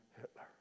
Hitler